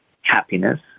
happiness